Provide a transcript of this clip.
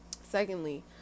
Secondly